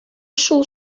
шул